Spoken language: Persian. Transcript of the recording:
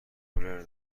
کولر